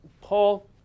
Paul